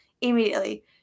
immediately